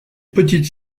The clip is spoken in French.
petites